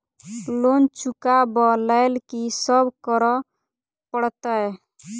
Loan चुका ब लैल की सब करऽ पड़तै?